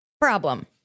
problem